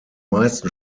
meisten